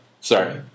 sorry